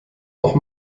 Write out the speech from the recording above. noch